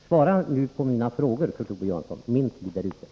Svara på mina frågor! Kurt Ove Johansson.